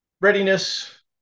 readiness